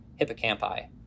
hippocampi